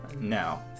Now